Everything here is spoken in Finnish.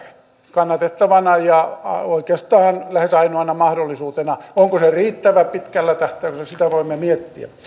kannatettavana ja oikeastaan lähes ainoana mahdollisuutena onko se riittävä pitkällä tähtäyksellä niin sitä voimme miettiä